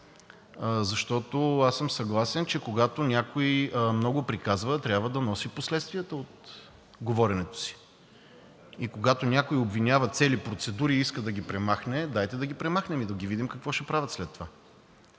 защото аз съм съгласен, че когато някой много приказва, трябва да носи последствията от говоренето си. Когато някой обвинява цели процедури и иска да ги премахне – дайте да ги премахнем и да видим какво ще правят след това.